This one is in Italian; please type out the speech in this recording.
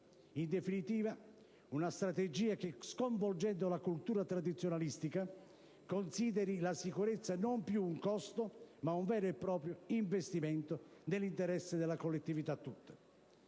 In definitiva, una strategia che, sconvolgendo la cultura tradizionalistica, consideri la sicurezza non più un costo, ma un vero e proprio investimento, nell'interesse della collettività tutta.